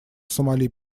сомали